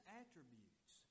attributes